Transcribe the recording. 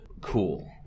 cool